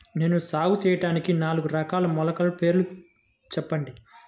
నేను సాగు చేయటానికి నాలుగు రకాల మొలకల పేర్లు చెప్పండి?